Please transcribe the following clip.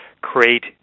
create